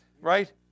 right